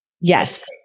Yes